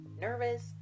nervous